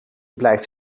blijft